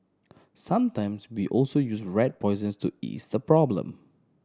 sometimes we also use rat poisons to ease the problem